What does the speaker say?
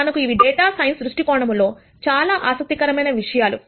మనకు ఇవి data science దృష్టికోణంలో చాలా ఆసక్తి కరమైన విషయాలు